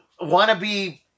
wannabe